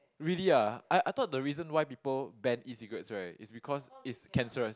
really ah I I thought the reason why people ban E-cigarettes right is because it's cancerous